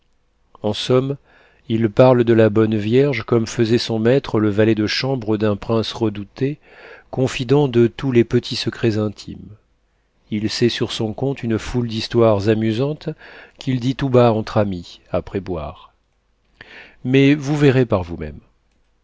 en somme il parle de la bonne vierge comme faisait de son maître le valet de chambre d'un prince redouté confident de tous les petits secrets intimes il sait sur son compte une foule d'histoires amusantes qu'il dit tout bas entre amis après boire mais vous verrez par vous-même